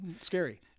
scary